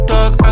Talk